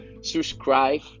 subscribe